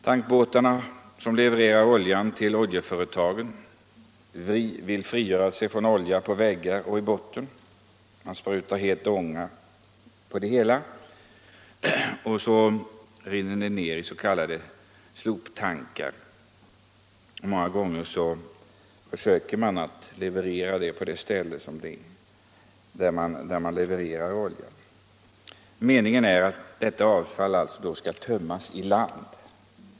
Tankbåtarna som levererar olja till oljeföretagen vill frigöra sig från olja på väggar och i botten. Man sprutar het ånga på det hela som sedan rinner ner i s.k. soptankar. Många gånger försöker man leverera detta avfall på det ställe där man levererar oljan. Meningen är att detta avfall skall tömmas i land.